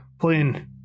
playing